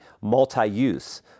multi-use